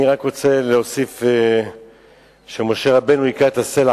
אני רק רוצה להוסיף שמשה רבנו הכה את הסלע,